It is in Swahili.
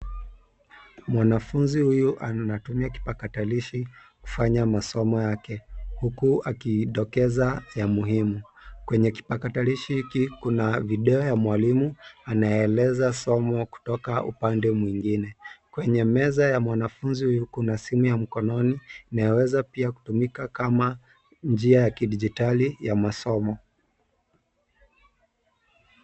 Mwanafunzi huyu anatumia kipakatalishi kufanya masomo yake huku akidokeza ya muhimu, kwenye kipatakilishi hiki kuna video ya mwalimu anayeeleza somo kutoka upande mwingine. Kwenye meza ya mwanafunzi huyu kuna simu ya mkononi inayoweza pia kutumika kama njia ya kidigitali ya masomo.